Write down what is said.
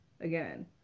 again